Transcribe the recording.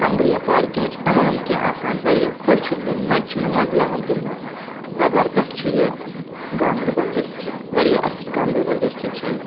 کمرِیا پارکہِ منٛز چھِ تمام کیٚنٛہہ آسان واریاہ خۄش چھُس بہٕ مَزٕ چھِ مےٚ مَزٕ لَگان گِنٛدنَس زبردَس چھُ یہِ گانٛدَربَل ڈِسٹرک واریاہ اَصٕل گانٛدَربَل ڈِسٹرک چھِ یہِ